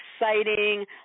exciting